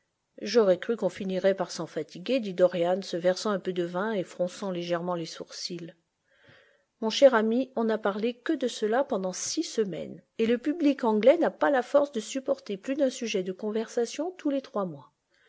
j'aurais cru qu'on finirait par s'en fatiguer dit dorian se versant un peu de vin et fronçant légèrement les sourcils mon cher ami on n'a parlé que de cela pendant six semaines et le public anglais n'a pas la force de supporter plus d'un sujet de conversation tous les trois mois